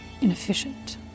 inefficient